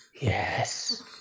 Yes